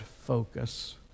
focus